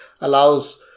allows